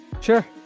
Sure